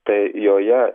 tai joje